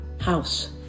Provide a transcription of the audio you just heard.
house